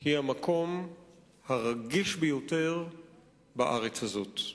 היא המקום הרגיש ביותר בארץ הזאת.